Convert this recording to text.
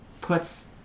puts